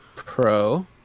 Pro